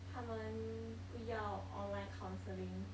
他们不要 online counselling